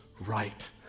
right